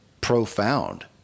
profound